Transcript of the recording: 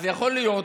אז יכול להיות